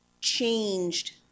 changed